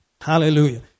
Hallelujah